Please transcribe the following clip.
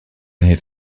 his